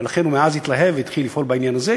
ולכן הוא התלהב מזה והתחיל לפעול בעניין הזה,